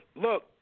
look